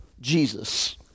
Jesus